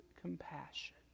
compassion